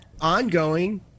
ongoing